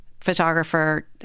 photographer